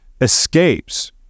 escapes